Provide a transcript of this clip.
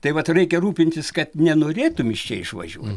taip vat reikia rūpintis kad nenorėtum iš čia išvažiuo